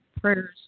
prayers